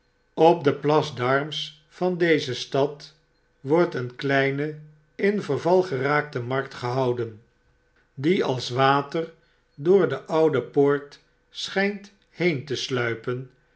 op de place d'armes van deze stad wordt een kleine in verval geraakte markt gehouden die als water door de oude poort schtjnt heen te sluipen